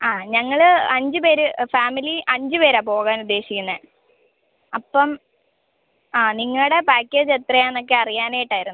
ആ ഞങ്ങൾ അഞ്ച് പേർ ഫാമിലി അഞ്ച് പേരാ പോകാൻ ഉദ്ദേശിക്കുന്നെ അപ്പം ആ നിങ്ങടെ പാക്കേജ് എത്രയാന്ന് ഒക്കെ അറിയാൻ ആയിട്ട് ആയിരുന്നു